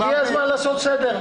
הגיע הזמן לעשות סדר.